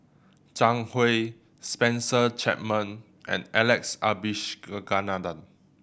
Zhang Hui Spencer Chapman and Alex Abisheganaden